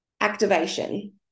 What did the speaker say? activation